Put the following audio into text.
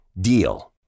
DEAL